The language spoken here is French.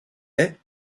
est